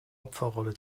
opferrolle